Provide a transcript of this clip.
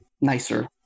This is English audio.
nicer